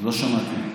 לא שמעתי.